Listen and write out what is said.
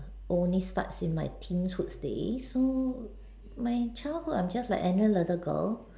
only start in my teen hood days so my childhood I'm just like any little girl